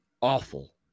awful